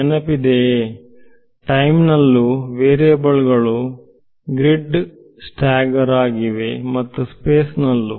ನೆನಪಿದೆಯೇ time ನಲ್ಲೂ variable ಗಳು grid stagger ಆಗಿವೆ ಮತ್ತು ಸ್ಪೇಸ್ ನಲ್ಲೂ